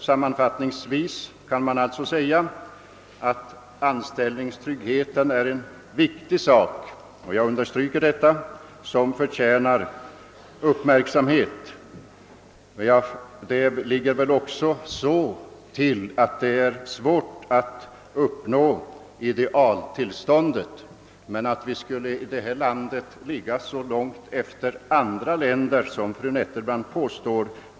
Sammanfattningsvis kan man alltså säga att anställningstryggheten är en viktig sak — jag understryker det — som förtjänar uppmärksamhet. Det är svårt att uppnå idealtillståndet, men jag betvivlar att vi i detta land skulle ligga så långt efter andra länder som fru Nettelbrandt påstår.